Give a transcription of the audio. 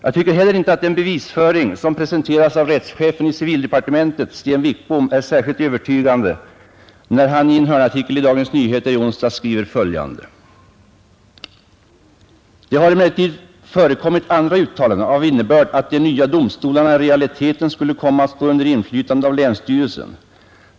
Jag tycker inte heller att den bevisföring som presenteras av rättschefen i civildepartementet Sten Wickbom är särskilt övertygande, när han i en hörnartikel i Dagens Nyheter i onsdags skriver följande: ”Det har emellertid förekommit andra uttalanden av innebörd att de nya domstolarna i realiteten skulle komma att stå under inflytande av länsstyrelsen.